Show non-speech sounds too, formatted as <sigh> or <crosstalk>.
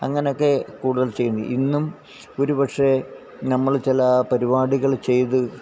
അങ്ങനൊക്കെ കൂടുതല് ചെയ്മ് <unintelligible> ഇന്നും ഒരുപക്ഷെ നമ്മള് ചില പരിപാടികള് ചെയ്ത്